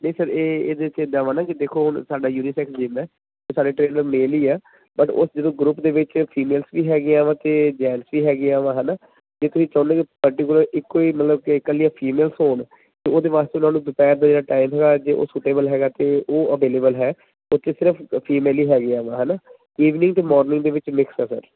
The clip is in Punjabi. ਨਹੀਂ ਸਰ ਇਹ ਇਹਦੇ 'ਚ ਇੱਦਾਂ ਵਾ ਨਾ ਕਿ ਦੇਖੋ ਹੁਣ ਸਾਡਾ ਯੂਨੀਸੈਕ ਜਿੰਮ ਹੈ ਅਤੇ ਸਾਡੇ ਟਰੇਨਰ ਮੇਲ ਹੀ ਹੈ ਬਟ ਉਹ ਜਦੋਂ ਗਰੁੱਪ ਦੇ ਵਿੱਚ ਫੀਮੇਲਸ ਵੀ ਹੈਗੀਆਂ ਵਾ ਅਤੇ ਜੈਂਟਸ ਵੀ ਹੈਗੇ ਆ ਵਾ ਹੈ ਨਾ ਜੇ ਤੁਸੀਂ ਚਾਹੁੰਨੇ ਕਿ ਪਰਟੀਕੁਲਰ ਇੱਕੋ ਹੀ ਮਤਲਬ ਕਿ ਇਕੱਲੀਆਂ ਫੀਮੇਲਸ ਹੋਣ ਤਾਂ ਉਹਦੇ ਵਾਸਤੇ ਮੈਂ ਉਹਨਾਂ ਨੂੰ ਦੁਪਹਿਰ ਦੇ ਜਿਹੜਾ ਟਾਈਮ ਹੈਗਾ ਜੇ ਉਹ ਸੁਟੇਅਬਲ ਹੈਗਾ ਅਤੇ ਉਹ ਅਵੇਲੇਬਲ ਹੈ ਉੱਥੇ ਸਿਰਫ ਫੀਮੇਲ ਹੀ ਹੈਗੀਆਂ ਵਾ ਹੈ ਨਾ ਈਵਨਿੰਗ ਅਤੇ ਮੋਰਨਿੰਗ ਦੇ ਵਿੱਚ ਮਿਕਸ ਹੈ ਸਰ